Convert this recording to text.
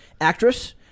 actress